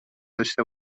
داشته